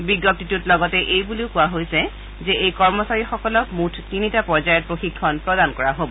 বিজ্ঞপ্তিটোত লগতে এই বুলি কোৱা হৈছে এই কৰ্মচাৰীসকলক মুঠ তিনিটা পৰ্যায়ত প্ৰশিক্ষণ প্ৰদান কৰা হ'ব